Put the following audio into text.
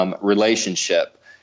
relationship